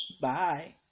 Bye